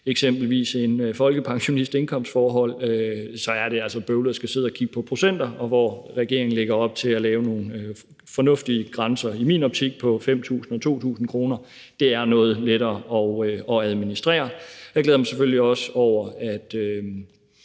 eksempelvis en folkepensionists indkomstforhold, er det altså bøvlet at skulle sidde og kigge på procenter. Og regeringen lægger op til at lave nogle, i min optik, fornuftige grænser på 5.000 kr. og 2.000 kr. Det er noget lettere at administrere. Jeg glæder mig selvfølgelig også over, at